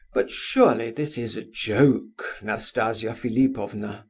but surely this is a joke, nastasia philipovna?